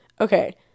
Okay